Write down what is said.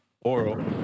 oral